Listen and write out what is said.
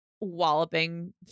walloping